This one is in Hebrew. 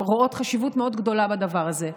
רואות חשיבות מאוד גדולה בדבר הזה.